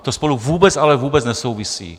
To spolu vůbec, ale vůbec nesouvisí.